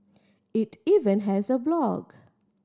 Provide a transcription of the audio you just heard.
it even has a blog